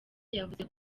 yavuze